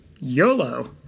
YOLO